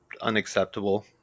unacceptable